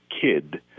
kid